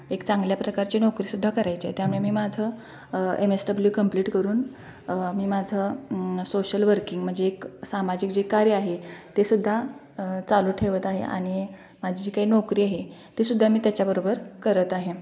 एक चांगल्या प्रकारची नोकरीसुद्धा करायची आहे त्यामुळे मी माझं एम एस डब्लू कम्प्लिट करून मी माझं सोशल वर्किंग म्हणजे एक सामाजिक जे कार्य आहे तेसुद्धा चालू ठेवत आहे आणि माझी जी काय नोकरी आहे तीसुद्धा मी त्याच्याबरोबर करत आहे